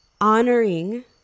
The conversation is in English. Honoring